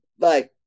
Bye